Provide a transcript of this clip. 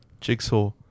Jigsaw